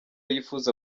yifuza